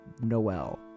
Noel